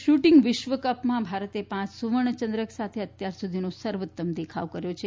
shooting વિશ્વ કપમાં ભારતે પ સુવર્ણ ચંદ્રક સાથે અત્યાર સુધીનો સર્વોત્તમ દેખાવ કર્યો છે